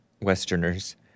Westerners